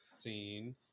scene